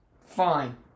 Fine